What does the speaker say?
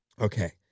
Okay